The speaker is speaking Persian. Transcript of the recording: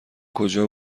کجا